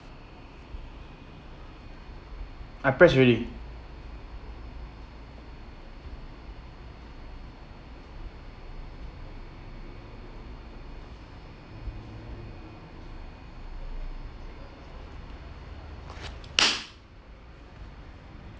I pressed already